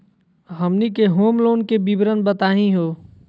हमनी के home loan के विवरण बताही हो?